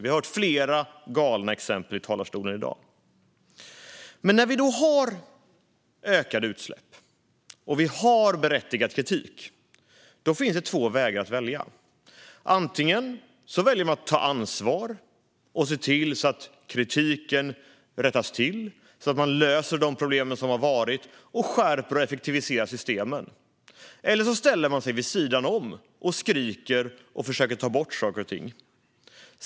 Vi har hört flera galna exempel från talarstolen i dag. När vi nu har ökade utsläpp och får berättigad kritik finns det två vägar att välja. Antingen väljer man att ta ansvar och se till att felen rättas till så att man löser de problem som har varit och skärper och effektiviserar systemen, eller så ställer man sig vid sidan om, skriker och försöker att ta bort saker och ting.